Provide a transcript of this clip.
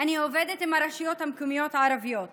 אני עובדת עם הרשויות המקומיות הערביות